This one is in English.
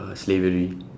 uh slavery